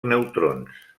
neutrons